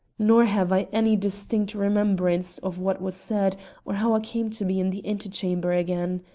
nor have i any distinct remembrance of what was said or how i came to be in the ante-chamber again.